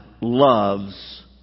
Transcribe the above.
loves